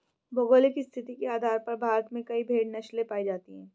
भौगोलिक स्थिति के आधार पर भारत में कई भेड़ नस्लें पाई जाती हैं